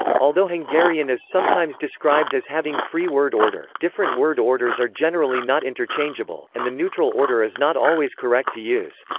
although hungarian is sometimes described as having free word order, different word orders are generally not interchangeable, and the neutral order is not always correct to use.